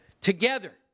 Together